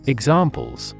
Examples